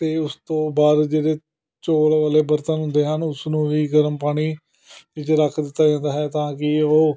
ਅਤੇ ਉਸ ਤੋਂ ਬਾਅਦ ਜਿਹੜੇ ਚੋਲ ਵਾਲੇ ਬਰਤਨ ਹੁੰਦੇ ਹਨ ਉਸ ਨੂੰ ਵੀ ਗਰਮ ਪਾਣੀ ਵਿੱਚ ਰੱਖ ਦਿੱਤਾ ਜਾਂਦਾ ਹੈ ਤਾਂ ਕਿ ਉਹ